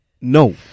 No